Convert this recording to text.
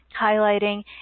highlighting